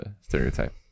stereotype